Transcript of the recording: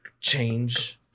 change